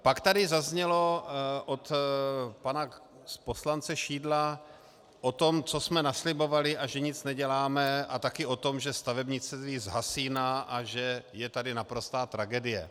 Pak tady zaznělo od pana poslance Šidla o tom, co jsme naslibovali a že nic neděláme, a taky o tom, že stavebnictví zhasíná a že je tady naprostá tragédie.